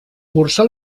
cursà